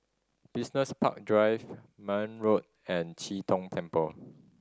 Business Park Drive Marne Road and Chee Tong Temple